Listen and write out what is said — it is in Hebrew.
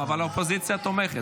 האופוזיציה תומכת.